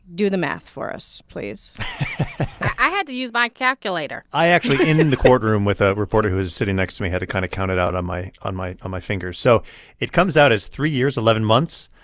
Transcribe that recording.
do the math for us, please i had to use my calculator i actually in in the courtroom with a reporter who was sitting next to me had to kind of count it out on my on my on my fingers. so it comes out as three years, eleven months.